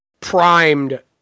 primed